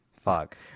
Fuck